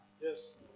Yes